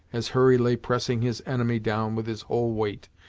as hurry lay pressing his enemy down with his whole weight,